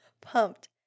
pumped